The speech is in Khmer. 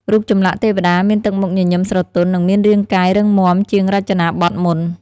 រូបចម្លាក់ទេវតាមានទឹកមុខញញឹមស្រទន់ និងមានរាងកាយរឹងមាំជាងរចនាបថមុន។